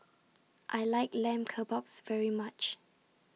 I like Lamb Kebabs very much